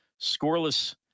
Scoreless